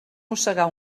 mossegar